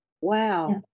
Wow